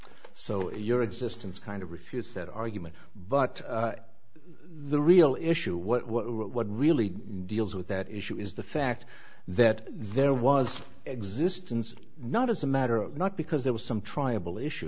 if your existence kind of refutes that argument but the real issue what what really deals with that issue is the fact that there was existence not as a matter of not because there was some triable issue